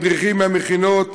מדריכים מהמכינות,